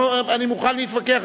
אני מוכן להתווכח.